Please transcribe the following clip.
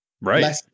right